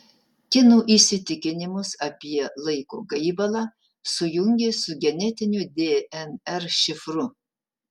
kinų įsitikinimus apie laiko gaivalą sujungė su genetiniu dnr šifru